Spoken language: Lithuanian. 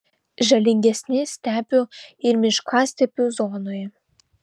žalingesni stepių ir miškastepių zonoje